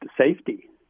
safety